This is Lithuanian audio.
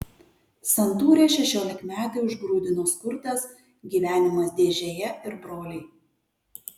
santūrią šešiolikmetę užgrūdino skurdas gyvenimas dėžėje ir broliai